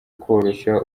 koroshya